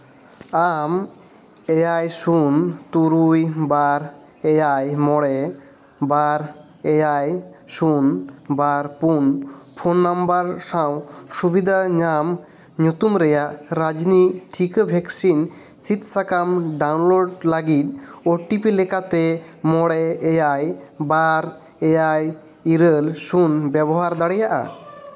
ᱟᱢ ᱮᱭᱟᱭ ᱥᱩᱱ ᱛᱩᱨᱩᱭ ᱵᱟᱨ ᱮᱭᱟᱭ ᱢᱚᱬᱮ ᱵᱟᱨ ᱮᱭᱟᱭ ᱥᱩᱱ ᱵᱟᱨ ᱯᱩᱱ ᱯᱷᱳᱱ ᱱᱟᱢᱵᱟᱨ ᱥᱟᱶ ᱥᱩᱵᱤᱫᱷᱟ ᱧᱟᱢ ᱧᱩᱛᱩᱢ ᱨᱮᱭᱟᱜ ᱨᱟᱡᱽᱱᱤ ᱴᱷᱤᱠᱟᱹ ᱵᱷᱮᱠᱥᱤᱱ ᱥᱤᱫᱽ ᱥᱟᱠᱟᱢ ᱰᱟᱣᱩᱱᱞᱳᱰ ᱞᱟᱹᱜᱤᱫ ᱳ ᱴᱤ ᱯᱤ ᱞᱮᱠᱟᱛᱮ ᱢᱚᱬᱮ ᱮᱭᱟᱭ ᱵᱟᱨ ᱮᱭᱟᱭ ᱤᱨᱟᱹᱞ ᱥᱩᱱ ᱵᱮᱵᱚᱦᱟᱨ ᱫᱟᱲᱮᱭᱟᱜᱼᱟ